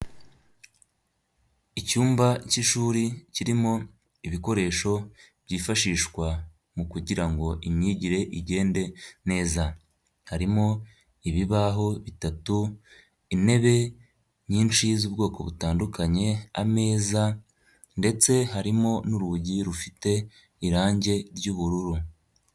Icyumba cy'ishuri kirimo ibikoresho byifashishwa mu kugira ngo imyigire igende neza, harimo ibibaho bitatu, intebe nyinshi z'ubwoko butandukanye, ameza ndetse harimo n'urugi rufite irange ry'ubururu.